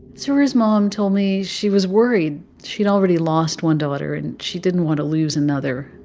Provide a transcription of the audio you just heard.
sroor's mom told me she was worried. she'd already lost one daughter, and she didn't want to lose another.